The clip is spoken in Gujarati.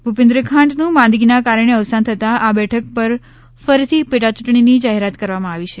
ભુપેન્દ્ર ખાંટનું માંદગીના કારણે અવસાન થતાં આ બેઠક પર ફરીથી પેટાયૂંટણીની જાહેરાત કરવામાં આવી છે